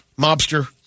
mobster